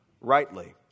rightly